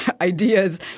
ideas